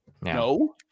No